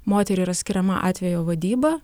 moteriai yra skiriama atvejo vadyba